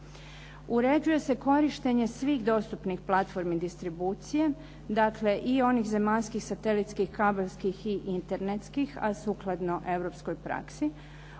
Uređuje se korištenje svih dostupnih platformi distribucije, dakle i onih zemaljskih, satelitskih, kabelskih i internetskih, a sukladno europskoj praksi.